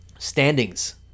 standings